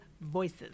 VOICES